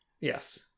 Yes